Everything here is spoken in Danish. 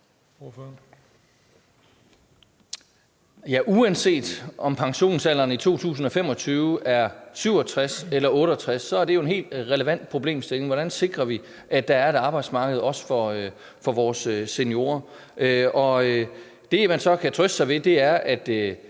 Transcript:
Uanset om pensionsalderen i 2025 er 67 år eller 68 år, er det jo en helt relevant problemstilling, hvordan vi sikrer, at der også er et arbejdsmarked for vores seniorer. Det, man så kan trøste sig med, er, at